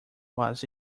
was